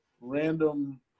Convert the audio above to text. random